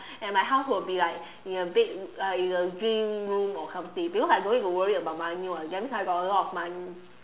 and my house will be like in a big uh in a green room or something because I don't need to worry about money [what] that means I got a lot of money